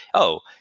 oh,